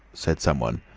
said some one.